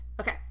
Okay